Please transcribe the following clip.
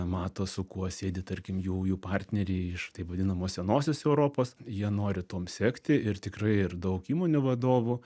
mato su kuo sėdi tarkim jų jų partneriai iš taip vadinamos senosios europos jie nori tuom sekti ir tikrai ir daug įmonių vadovų